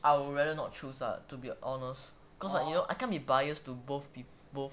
I would rather not choose lah to be honest cause like you know I can't be bias to both